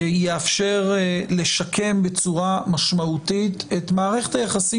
יאפשר לשקם בצורה משמעותית את מערכת היחסים